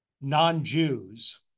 non-Jews